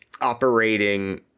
operating